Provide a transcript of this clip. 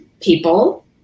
people